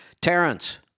Terrence